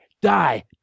die